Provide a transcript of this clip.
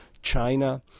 China